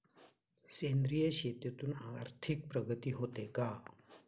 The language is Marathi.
सेंद्रिय शेतीतून आर्थिक प्रगती होते का?